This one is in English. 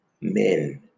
men